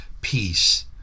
peace